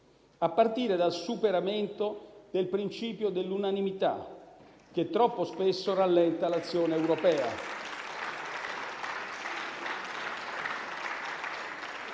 a partire dal superamento del principio dell'unanimità che troppo spesso rallenta l'azione europea.